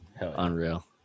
unreal